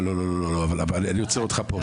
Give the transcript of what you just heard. אני עוצר אותך פה.